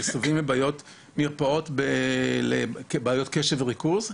מסתובבים למרפאות לבעיות קשב וריכוז,